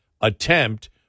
attempt